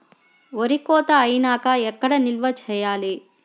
వరి కోత అయినాక ఎక్కడ నిల్వ చేయాలి?